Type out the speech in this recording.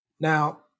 Now